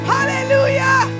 Hallelujah